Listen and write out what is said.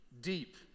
deep